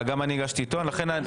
גם אני הגשתי איתו את הרוויזיה.